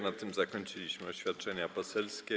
Na tym zakończyliśmy oświadczenia poselskie.